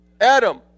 Adam